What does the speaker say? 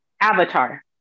avatar